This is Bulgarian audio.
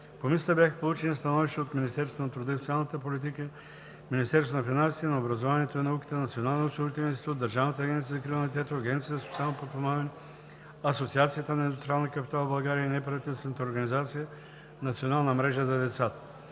Комисията бяха получени становищата на Министерството на труда и социалната политика, Министерството на финансите, Министерството на образованието и науката, Националния осигурителен институт, Държавната агенция за закрила на детето, Агенцията за социално подпомагане, Асоциацията на индустриалния капитал в България и неправителствената организация „Национална мрежа за децата“,